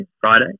Friday